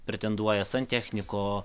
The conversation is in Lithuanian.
pretenduoja santechniko